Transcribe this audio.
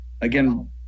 again